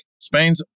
Spain's